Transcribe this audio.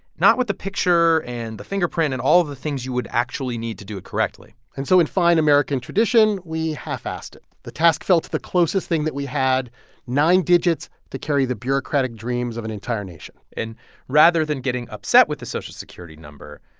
not with the picture and the fingerprint and all of the things you would actually need to do it correctly and so in fine american tradition, we half-assed it. the task fell to the closest thing that we had nine digits to carry the bureaucratic dreams of an entire nation and rather than getting upset with the social security number,